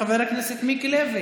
חבר הכנסת מיקי לוי.